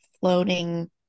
floating